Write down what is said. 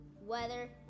weather